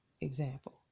example